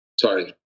Sorry